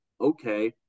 Okay